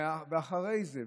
ואחרי זה,